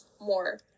more